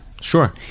Sure